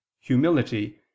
humility